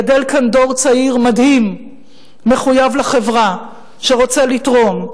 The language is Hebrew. גדל כאן דור צעיר מדהים מחויב לחברה שרוצה לתרום,